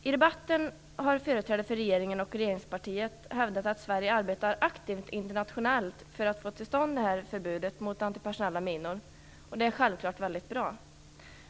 I debatten har företrädare för regeringen och regeringspartiet hävdat att Sverige arbetar aktivt internationellt för att få till stånd ett förbud mot antipersonella minor. Det är självfallet mycket bra.